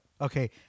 Okay